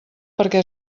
perquè